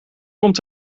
komt